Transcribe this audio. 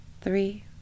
three